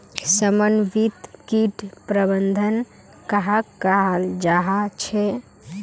समन्वित किट प्रबंधन कहाक कहाल जाहा झे?